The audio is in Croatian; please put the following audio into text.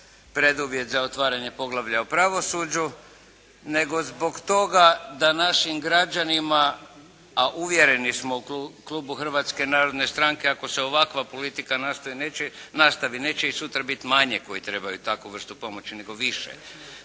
preduvjet za otvaranje poglavlja o pravosuđu nego zbog toga da našim građanima a uvjereni smo u Klubu Hrvatske narodne stranke ako se ovakva politika nastavi neće ih sutra biti manje koji trebaju takvu vrstu pomoći nego više.